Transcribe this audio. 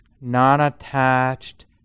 non-attached